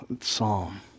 psalm